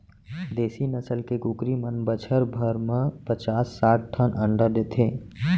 देसी नसल के कुकरी मन बछर भर म पचास साठ ठन अंडा देथे